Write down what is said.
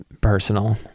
personal